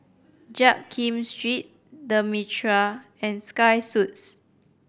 Jiak Kim Street The Mitraa and Sky Suites